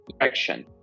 action